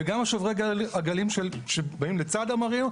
וגם שוברי הגלים שבאים לצד המרינות,